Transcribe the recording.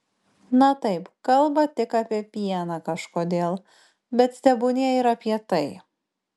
na taip kalba tik apie pieną kažkodėl bet tebūnie ir apie tai